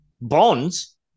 bonds